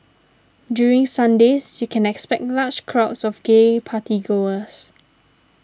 during Sundays you can expect large crowds of gay party goers